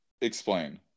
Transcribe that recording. Explain